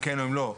אם כן או אם לא,